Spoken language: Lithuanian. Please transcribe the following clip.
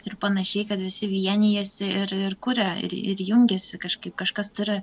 ir panašiai kad visi vienijasi ir ir kuria ir ir jungiasi kažkaip kažkas turi